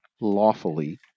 lawfully